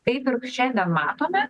kaip šiandien matome